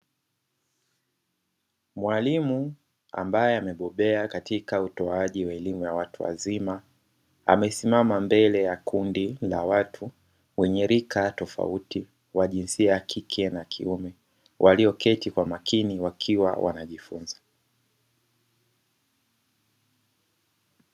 Mwalimu ambaye amebobea katika utoaji wa elimu ya watu wazima; amesimama mbele ya kundi la watu wenye rika tofauti wa jinsia ya kike na kiume, walioketi kwa makini wakiwa wanajifunza.